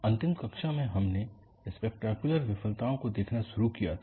अंतिम कक्षा में हमने स्पेक्टैक्यलर विफलताओं को देखना शुरू किया था